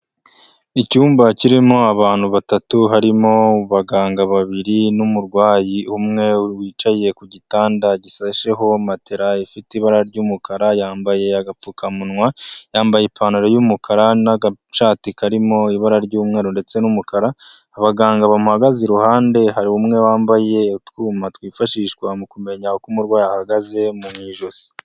Icyumba kirimo abantu batatu harimo abaganga babiri n'umurwayi umwe wicaye ku gitanda gishasheho matera ifite ibara ry'umukara yambaye agapfukamunwa, yambaye ipantaro y'umukara n'agashati karimo ibara ry'umweru ndetse n'umukara, abaganga bamuhagaze iruhande, hari umwe wambaye utwuma twifashishwa mu kumenya uko umurwayi ahagaze mu ijosi.